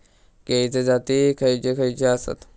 केळीचे जाती खयचे खयचे आसत?